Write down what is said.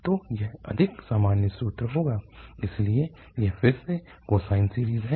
तो यह अधिक सामान्य सूत्र होगा इसलिए यह फिर से कोसाइन सीरीज़ है